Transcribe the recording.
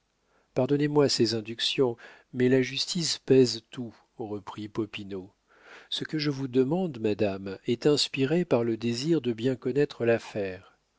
pardonnez-moi ces inductions mais la justice pèse tout reprit popinot ce que je vous demande madame est inspiré par le désir de bien connaître l'affaire